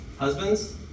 Husbands